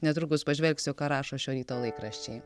netrukus pažvelgsiu ką rašo šio ryto laikraščiai